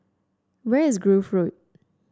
where is Grove Road